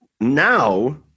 Now